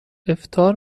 افطار